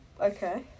Okay